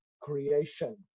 creation